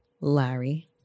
Larry